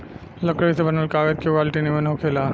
लकड़ी से बनल कागज के क्वालिटी निमन होखेला